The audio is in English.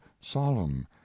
solemn